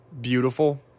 beautiful